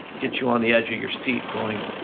gets you on the edge of your seat going,